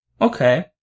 Okay